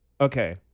okay